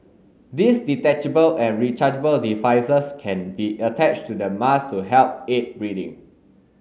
these detachable and rechargeable devices can be attached to the mask to help aid breathing